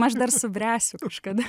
aš dar subręsiu kažkada